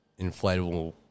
Inflatable